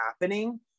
happening